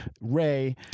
Ray